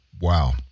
Wow